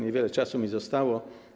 Niewiele czasu mi zostało.